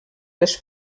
les